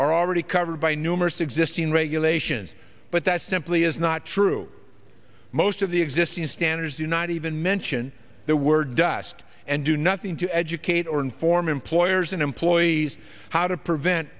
are already covered by numerous existing regulations but that simply is not true most of the distin standards do not even mention the word dust and do nothing to educate or inform employers and employees how to prevent